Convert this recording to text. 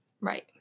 right